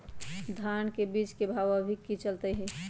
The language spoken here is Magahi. धान के बीज के भाव अभी की चलतई हई?